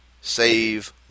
save